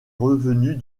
revenus